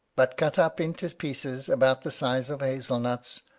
but cut up into pieces about the size of hazel-nuts,